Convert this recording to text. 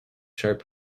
sharp